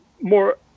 more